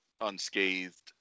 unscathed